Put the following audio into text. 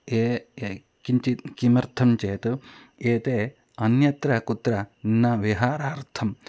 ये ये किञ्चित् किमर्थं चेत् एते अन्यत्र कुत्र न विहारार्थम्